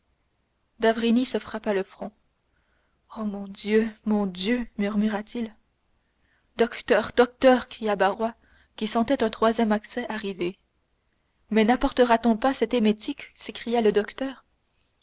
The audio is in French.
d'avrigny se frappa le front ô mon dieu mon dieu murmura-t-il docteur docteur cria barrois qui sentait un troisième accès arriver mais napportera t on pas cet émétique s'écria le docteur